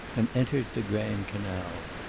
and entered the grand canal.